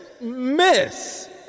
Miss